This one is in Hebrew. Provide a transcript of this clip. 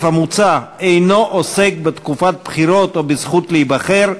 המוצע אינו עוסק בתקופת בחירות או בזכות להיבחר,